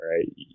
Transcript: right